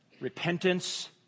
repentance